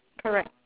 correct